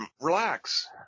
relax